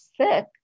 sick